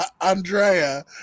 Andrea